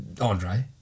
Andre